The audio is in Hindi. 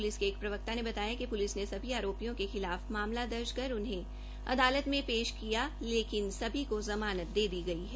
पुलिस के एक प्रवक्ता ने बताया कि पुलिस ने सभी आरोपियों के खिलाफ मामला दर्ज कर उन्हें अदालत में पेश किया गया लेकिन सभी को जमानत दे दी गई है